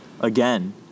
again